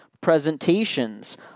presentations